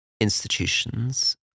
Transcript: institutions